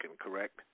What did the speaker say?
correct